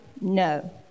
No